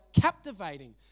captivating